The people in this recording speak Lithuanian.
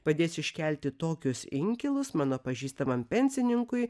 padės iškelti tokius inkilus mano pažįstamam pensininkui